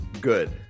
good